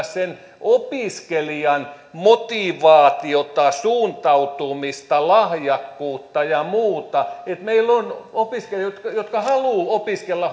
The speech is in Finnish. sen opiskelijan motivaatiota suuntautumista lahjakkuutta ja muuta että meillä on opiskelijoita jotka haluavat opiskella